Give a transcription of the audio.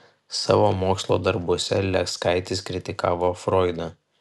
savo mokslo darbuose leskaitis kritikavo froidą